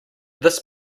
this